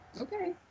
Okay